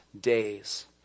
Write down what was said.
days